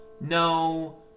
no